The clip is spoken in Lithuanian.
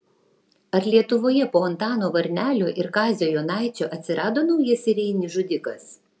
ar lietuvoje po antano varnelio ir kazio jonaičio atsirado naujas serijinis žudikas